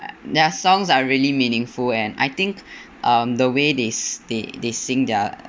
uh their songs are really meaningful and I think um the way they si~ they they sing their